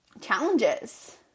challenges